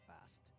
fast